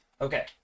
Okay